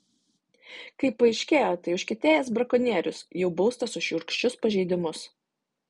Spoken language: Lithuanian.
kaip paaiškėjo tai užkietėjęs brakonierius jau baustas už šiurkščius pažeidimus